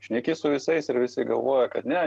šneki su visais ir visi galvoja kad ne